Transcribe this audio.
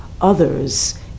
others